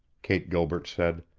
kate gilbert said.